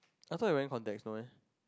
I thought you wearing contacts no eh